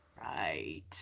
Right